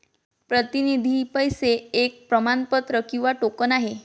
प्रतिनिधी पैसे एक प्रमाणपत्र किंवा टोकन आहे